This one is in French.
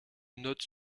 note